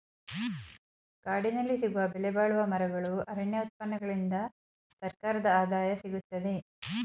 ಕಾಡಿನಲ್ಲಿ ಸಿಗುವ ಬೆಲೆಬಾಳುವ ಮರಗಳು, ಅರಣ್ಯ ಉತ್ಪನ್ನಗಳಿಂದ ಸರ್ಕಾರದ ಆದಾಯ ಸಿಗುತ್ತದೆ